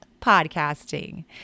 podcasting